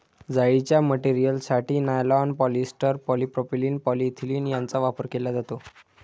जाळीच्या मटेरियलसाठी nylon, polyester, polypropylene, polyethylene यांचा वापर केला जातो